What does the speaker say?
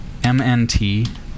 mnt